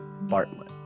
Bartlett